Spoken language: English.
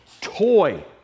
toy